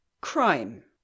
Crime